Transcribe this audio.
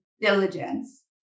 diligence